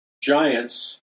giants